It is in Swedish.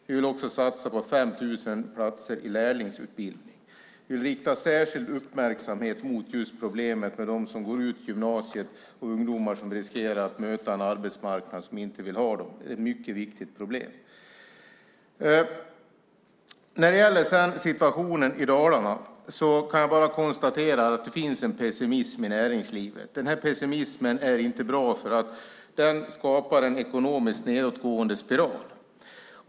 Vi vill också satsa på 5 000 platser i lärlingsutbildning. Vi riktar särskild uppmärksamhet på problemet med dem som går ut gymnasiet och ungdomar som riskerar att möta en arbetsmarknad som inte vill ha dem. Det är ett mycket viktigt problem. När det gäller situationen i Dalarna kan jag bara konstatera att det finns en pessimism i näringslivet. Den pessimismen är inte bra. Den skapar en ekonomisk nedåtgående spiral.